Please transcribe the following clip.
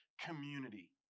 community